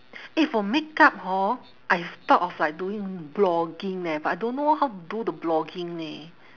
eh for makeup hor I've thought of like doing blogging eh but I don't know how to do the blogging leh